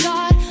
God